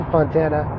Fontana